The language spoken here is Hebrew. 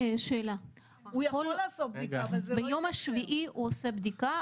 ביום השביעי הוא עושה בדיקה,